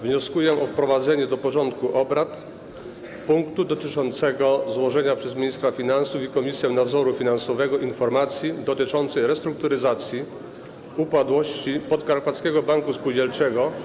Wnioskuję o wprowadzenie do porządku obrad punktu dotyczącego złożenia przez ministra finansów i Komisję Nadzoru Finansowego informacji dotyczącej restrukturyzacji upadłości Podkarpackiego Banku Spółdzielczego.